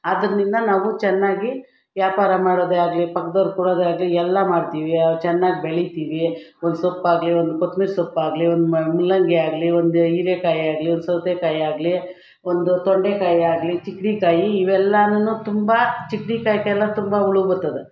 ಅದರಿಂದ ನಾವು ಚೆನ್ನಾಗಿ ವ್ಯಾಪಾರ ಮಾಡೋದೇ ಆಗಲಿ ಪಕ್ದವ್ರು ಕೊಡೋದೆ ಆಗಲಿ ಎಲ್ಲ ಮಾಡ್ತೀವಿ ಚೆನ್ನಾಗಿ ಬೆಳಿತೀವಿ ಒಂದು ಸೊಪ್ಪಾಗಲಿ ಒಂದು ಕೊತ್ತಬರಿ ಸೊಪ್ಪಾಗಲಿ ಒಂದು ಮೂಲಂಗಿ ಆಗಲಿ ಒಂದು ಹೀರೇಕಾಯಿ ಆಗಲಿ ಒಂದು ಸೌತೇಕಾಯಿ ಆಗಲಿ ಒಂದು ತೊಂಡೆಕಾಯಿ ಆಗಲಿ ಚಿಕ್ಡಿಕಾಯಿ ಇವೆಲ್ಲವೂ ತುಂಬ ಚಿಕ್ಡಿಕಾಯಿಗೆಲ್ಲ ತುಂಬ ಹುಳು ಬರ್ತದೆ